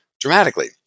dramatically